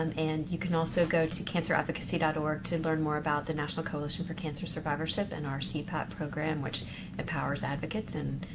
um and you can also go to canceradvocacy dot org to learn more about the national coalition for cancer survivorship and our cpat program, which empowers advocates and,